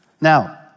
Now